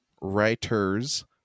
Writers